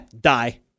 die